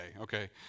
okay